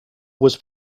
was